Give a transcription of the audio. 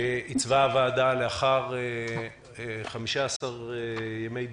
שעיצבה ועדה זו לאחר 15 דיונים.